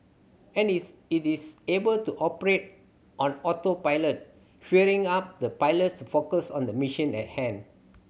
and it's it is able to operate on autopilot freeing up the pilots to focus on the mission at hand